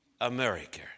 America